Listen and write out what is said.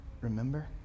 Remember